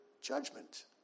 judgment